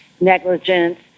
negligence